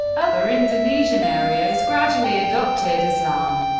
other indonesian areas gradually adopted islam,